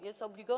Jest obligo?